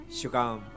Shukam